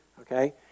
okay